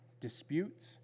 disputes